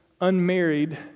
unmarried